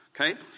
Okay